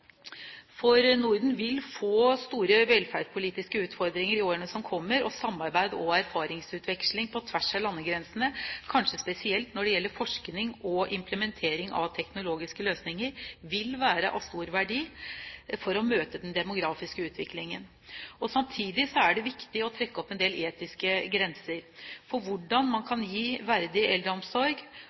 For Norden vil få store velferdspolitiske utfordringer i årene som kommer, og samarbeid og erfaringsutveksling på tvers av landegrensene, kanskje spesielt når det gjelder forskning og implementering av teknologiske løsninger, vil være av stor verdi for å møte den demografiske utviklingen. Samtidig er det viktig å trekke opp en del etiske grenser for hvordan man kan gi verdig eldreomsorg